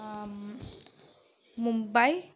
Mumbai